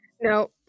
No